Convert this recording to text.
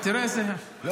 תראה איזה --- לא.